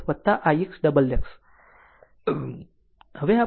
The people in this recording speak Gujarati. હવે આકૃતિ 4